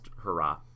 hurrah